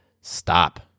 stop